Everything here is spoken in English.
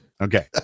Okay